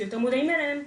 שיותר מודעים להם,